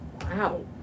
wow